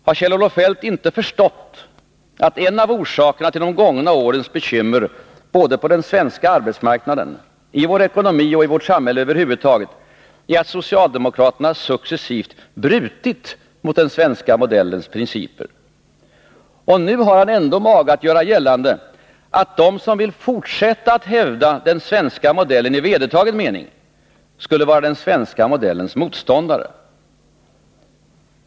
Har Kjell-Olof Feldt inte förstått att en av orsakerna till de gångna årens bekymmer både på den svenska arbetsmarknaden, i vår ekonomi och i vårt samhälle över huvud taget, är att socialdemokraterna successivt brutit mot den svenska modellens principer? Nu har han ändå mage att göra gällande att de som vill fortsätta att hävda den svenska modellen i vedertagen mening skulle vara den svenska modellens motståndare.